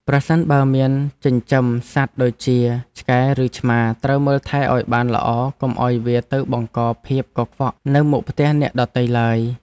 ប្រសិនបើមានចិញ្ចឹមសត្វដូចជាឆ្កែឬឆ្មាត្រូវមើលថែឱ្យបានល្អកុំឱ្យវាទៅបង្កភាពកខ្វក់នៅមុខផ្ទះអ្នកដទៃឡើយ។